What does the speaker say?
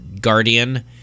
guardian